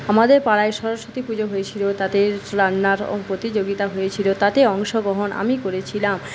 আমাদের পাড়ায় সরস্বতী পুজো হয়েছিল তাতে রান্নার প্রতিযোগিতা হয়েছিল তাতে অংশগ্রহণ আমি করেছিলাম